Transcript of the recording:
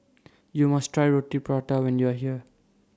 YOU must Try Roti Prata when YOU Are here